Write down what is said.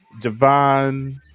Javon